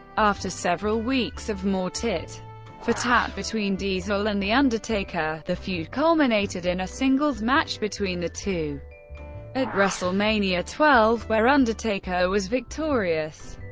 after several weeks of more tit for tat between diesel and the undertaker, the feud culminated in a singles match between the two at wrestlemania xii, where undertaker was victorious.